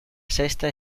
cesta